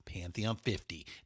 Pantheon50